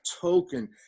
token